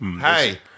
hey